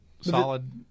solid